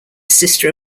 sister